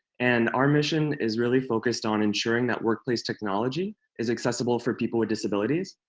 and our mission is really focused on ensuring that workplace technology is accessible for people with disabilities.